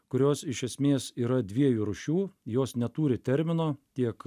kurios iš esmės yra dviejų rūšių jos neturi termino tiek